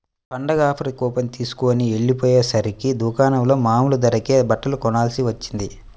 పండగ offer coupon తీస్కొని వెళ్ళకపొయ్యేసరికి దుకాణంలో మామూలు ధరకే బట్టలు కొనాల్సి వచ్చింది